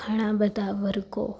ઘણા બધા વર્ગો